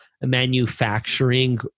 manufacturing